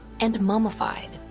and mummified.